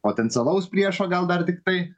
potencialaus priešo gal dar tiktai